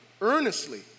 earnestly